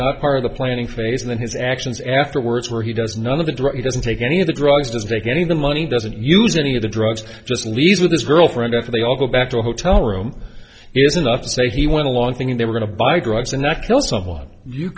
not part of the planning phase and then his actions afterwards where he does none of the drug he doesn't take any of the drugs doesn't take any of the money doesn't use any of the drugs just leaves with his girlfriend after they all go back to a hotel room is enough to say he went along thinking they were going to buy drugs and next kill someone you